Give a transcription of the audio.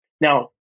Now